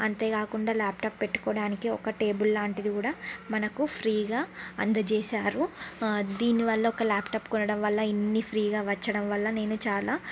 అంతే కాకుండా ల్యాప్టాప్ పెట్టుకోవడానికి ఒక టేబుల్ లాంటిది కూడా మనకు ఫ్రీగా అందజేశారు దీనివల్ల ఒక ల్యాప్టాప్ కొనడం వల్ల ఇన్నీ ఫ్రీగా వచ్చడం వల్ల నేను చాలా